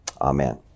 Amen